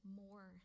more